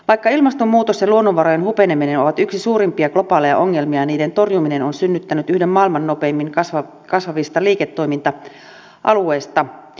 vaikka ilmastonmuutos ja luonnonvarojen hupeneminen ovat yksi suurimpia globaaleja ongelmia niiden torjuminen on synnyttänyt yhden maailman nopeimmin kasvavista liiketoiminta alueista